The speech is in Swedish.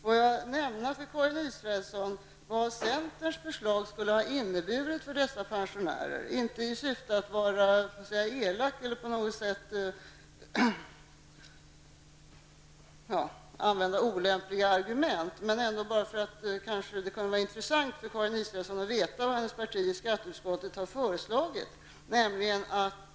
Låt mig för Karin Israelsson nämna vad centerns förslag skulle ha inneburit för dessa pensionärer, inte i syfte att vara elak eller använda olämpliga argument utan för att det kanske kunde vara intressant för Karin Israelsson att veta vad hennes parti har föreslagit i skatteutskottet.